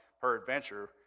peradventure